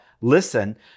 listen